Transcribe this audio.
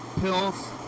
pills